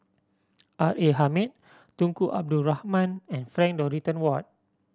R A Hamid Tunku Abdul Rahman and Frank Dorrington Ward